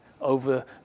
over